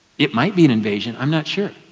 it might be an invasion, i'm not sure.